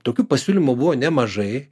tokių pasiūlymų buvo nemažai